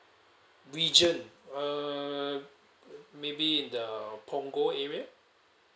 region uh maybe in the punggol area